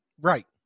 Right